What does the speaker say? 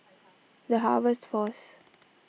the Harvest force